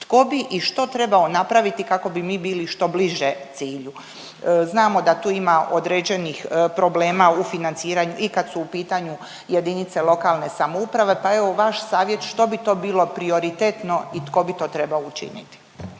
Tko bi i što trebao napraviti kako bi mi bili što bliže cilju? Znamo da tu ima određenih problema u financiranju i kad su u pitanju JLS, pa evo vaš savjet što bi to bilo prioritetno i tko bi to trebao učiniti?